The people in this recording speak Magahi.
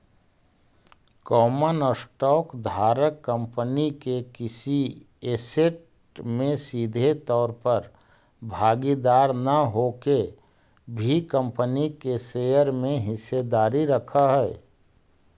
कॉमन स्टॉक धारक कंपनी के किसी ऐसेट में सीधे तौर पर भागीदार न होके भी कंपनी के शेयर में हिस्सेदारी रखऽ हइ